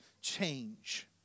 change